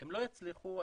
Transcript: לא יצליחו,